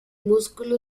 músculo